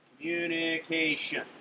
communication